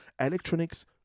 electronics